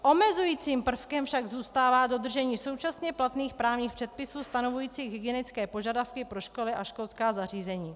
Omezujícím prvkem však zůstává dodržení současně platných právních předpisů stanovujících hygienické požadavky pro školy a školská zařízení.